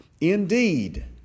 Indeed